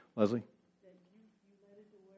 Leslie